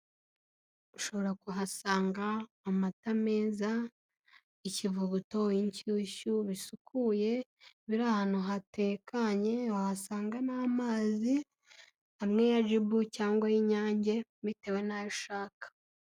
Ushobora kuhasanga amata meza, ikivuguto, inshyushyu bisukuye, biri ahantu hatekanye, wahasanga n'amazi amwe ya jibu cyangwa ay'inyange bitewe nayo ushaka.